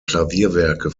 klavierwerke